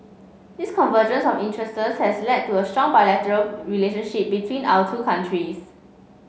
this convergence of interests has led to a strong bilateral relationship between our two countries